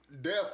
death